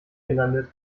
gelandet